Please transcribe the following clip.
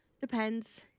Depends